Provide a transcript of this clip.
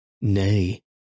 Nay